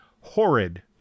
horrid